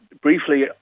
briefly